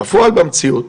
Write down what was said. בפועל במציאות